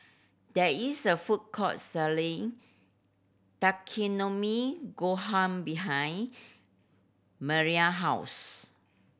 there is a food court selling Takikomi Gohan behind Maria house